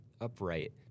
upright